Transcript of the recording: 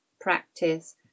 practice